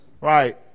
Right